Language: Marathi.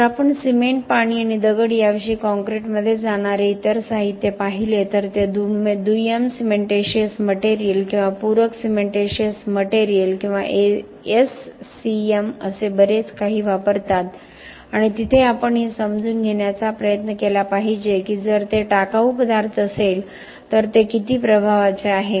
जर आपण सिमेंट पाणी आणि दगड याशिवाय काँक्रीटमध्ये जाणारे इतर साहित्य पाहिले तर ते दुय्यम सिमेंटिशिअस मटेरियल किंवा पूरक सिमेंटीशिअस मटेरियल किंवा एससीएम असे बरेच काही वापरतात आणि तिथे आपण हे समजून घेण्याचा प्रयत्न केला पाहिजे की जर ते टाकाऊ पदार्थ असेल तर ते किती प्रभावाचे आहे